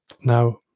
Now